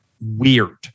weird